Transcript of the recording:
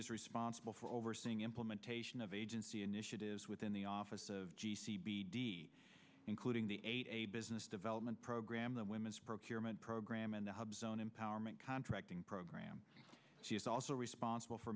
is responsible for overseeing implementation of agency initiatives within the office of g c b including the eight a business development program the women's procurement program and the hub zone empowerment contracting program she is also responsible for